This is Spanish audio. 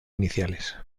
iniciales